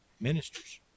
Ministers